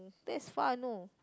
that's far you know